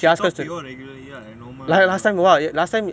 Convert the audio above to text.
she talk to you all regularly ya normal I remember